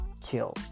kill